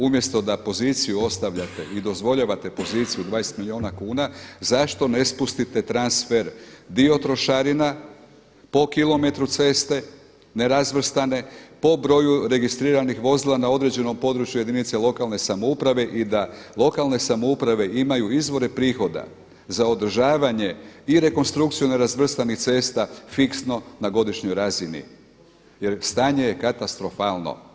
Umjesto da poziciju ostavljate i dozvoljavate poziciju 20 milijuna kuna zašto ne spustite transfer, dio trošarina po kilometru ceste nerazvrstane, po broju registriranih vozila na određenom području jedinice lokalne samouprave i da lokalne samouprave imaju izvore prihoda za održavanje i rekonstrukciju nerazvrstanih cesta fiksno na godišnjoj razini jer stanje je katastrofalno?